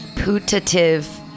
Putative